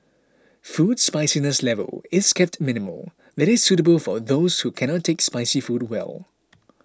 food spiciness level is kept minimal that is suitable for those who cannot take spicy food well